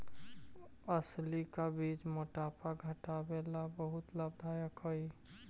अलसी का बीज मोटापा घटावे ला बहुत लाभदायक हई